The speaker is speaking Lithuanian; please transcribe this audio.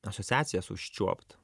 asociacijas užčiuopt